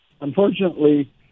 Unfortunately